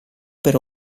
per